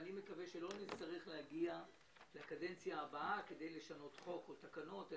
אני מקווה שלא נצטרך להגיע לקדנציה הבאה כדי לשנות חוק או תקנות.